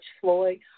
Floyd